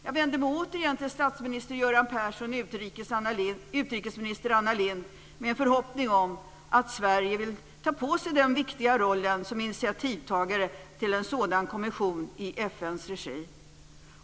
Jag vänder mig återigen till statsminister Göran Persson och utrikesminister Anna Lindh med en förhoppning om att Sverige vill ta på sig den viktiga rollen som initiativtagare till en sådan kommission i FN:s regi.